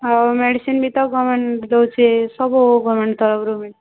ଆଉ ମେଡ଼ିସିନ୍ ବି ତ ଗଭ୍ମେଣ୍ଟ୍ ଦେଉଛେ ସବୁ ଗଭ୍ମେଣ୍ଟ୍ ତରଫ୍ରୁ